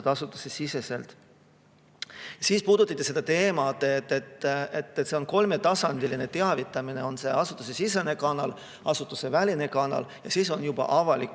asutusesiseselt. Puudutati ka seda teemat, et on kolmetasandiline teavitamine: on asutusesisene kanal, asutuseväline kanal ja siis on juba avalikkus.